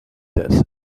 this